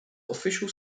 official